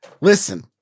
Listen